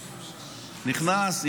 נכנס,